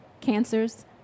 Cancers